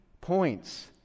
points